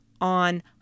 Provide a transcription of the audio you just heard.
on